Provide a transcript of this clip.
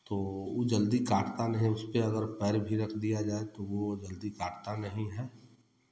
तो उ जल्दी काटता नहीं उसपे अगर पैर भी रख दिया जाए तो वो जल्दी काटता नहीं है